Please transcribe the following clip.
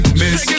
miss